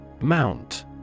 Mount